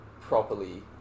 properly